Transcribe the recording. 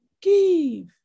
Give